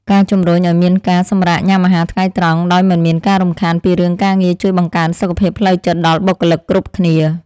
ការជំរុញឱ្យមានការសម្រាកញ៉ាំអាហារថ្ងៃត្រង់ដោយមិនមានការរំខានពីរឿងការងារជួយបង្កើនសុខភាពផ្លូវចិត្តដល់បុគ្គលិកគ្រប់គ្នា។